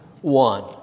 one